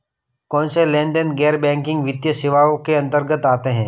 कौनसे लेनदेन गैर बैंकिंग वित्तीय सेवाओं के अंतर्गत आते हैं?